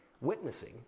witnessing